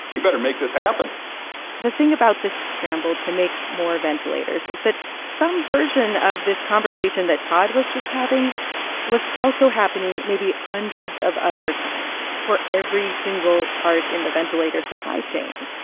we better make this happen the thing about this scramble to make more ventilators is that some version of this conversation that todd was just having was also happening maybe hundreds of other times for every single part in the ventilator supply chain.